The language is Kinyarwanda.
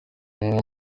umwe